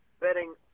betting